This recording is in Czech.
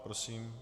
Prosím.